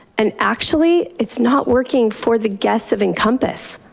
and actually it's not working for the guests of encompass.